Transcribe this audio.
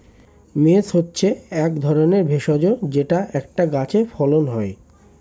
mace হচ্ছে এক ধরনের ভেষজ যেটা একটা গাছে ফলন হয়